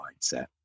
mindset